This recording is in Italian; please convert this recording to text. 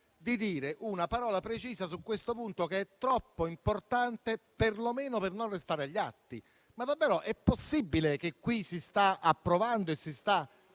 dicano una parola precisa su questo punto, che è troppo importante, perlomeno per non restare agli atti. In questa sede si sta approvando e si sta